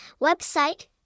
Website